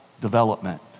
development